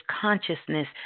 consciousness